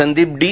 Sandeep D